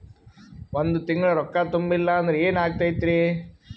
ಒಂದ ತಿಂಗಳ ರೊಕ್ಕ ತುಂಬಿಲ್ಲ ಅಂದ್ರ ಎನಾಗತೈತ್ರಿ?